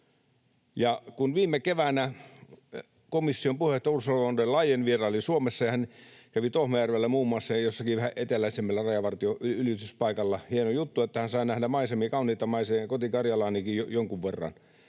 Kun viime keväänä komission puheenjohtaja Ursula von der Leyen vieraili Suomessa ja kävi muun muassa Tohmajärvellä ja jossakin vähän eteläisemmällä rajanylityspaikalla — hieno juttu, että hän sai nähdä kauniita maisemia, koti-Karjalaanikin jonkun verran